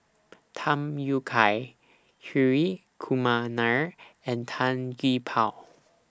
Tham Yui Kai Hri Kumar Nair and Tan Gee Paw